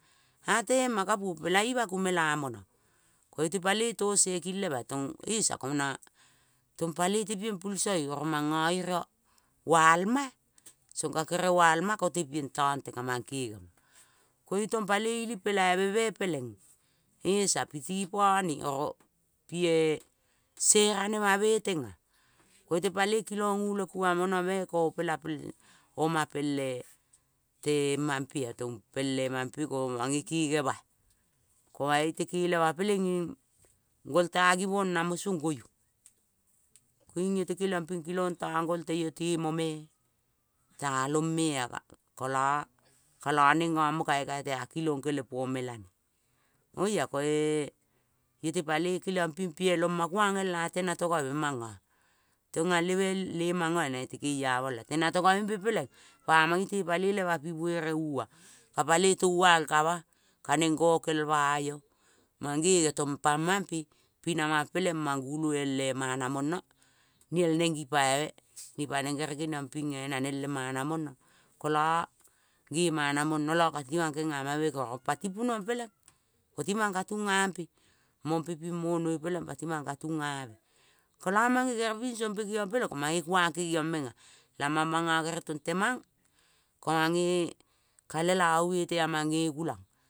A tema kapuo ku mela mona. Koite paloi to seki lema tong esa kona ta paloi tepieng pilsoe oro na manga valma-a. Song ka kerel valma ko tepieng tonte kamang kenge. Koitong paloi ili pelaiveme peleng esa piti pane oro pie se ranema tenga. Koite paloi kilong ula kuma moname koipela oma pele temampe tong pele mampe ko mage kegema-a. Koite kelema peleing golta givong namo song goiung. Koiung iote keliangping kilong tang gol teio temome talong mea. Kola neng ngamo kae kaio tea kilong kele pomelane koe iote paloi keliang ping pialo ma kuang el ate natongave manga. Tong ale me le manga-a naite keamola. Natonga vembe peleng pamong lote paloi lema pi vere ua ka paloi toval kama, kaneng gokelma io. Mange iotong pa mampe pi nama peleng mang gulo ele mana mona niel neng gipaive nipaneng gere geniong pinge naneng lemana mona kola ge mana mona kati mang kengama meko. Oro pati pu nuong peleng pati mang ka tungabe. Kola mange kere pinsompe kengiang peleng koe mange kuang kengiang menga. Lamang manga gere tong temang ko mange ka lelavu bete amang nge gulang.